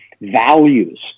values